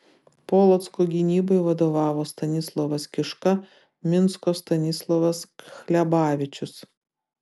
polocko gynybai vadovavo stanislovas kiška minsko stanislovas hlebavičius